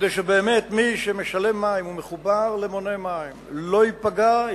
כדי שבאמת מי שמשלם מים ומחובר למונה מים לא ייפגע,